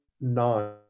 nine